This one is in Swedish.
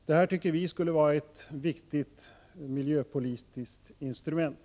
Det här tycker vi skulle vara ett viktigt miljöpolitiskt instrument.